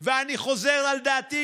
חלילה,